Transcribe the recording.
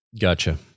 Gotcha